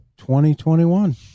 2021